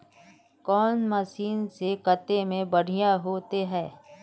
कौन मशीन से कते में बढ़िया होते है?